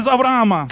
Abraham